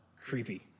Creepy